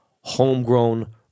homegrown